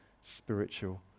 spiritual